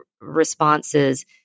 responses